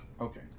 Okay